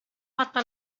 fatta